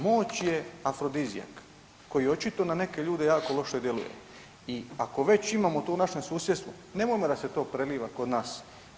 Moć je afrodizijak koji očito na neke ljude jako loše djeluje i ako već imamo tu u našem susjedstvu nemojmo da se to preliva kod nas.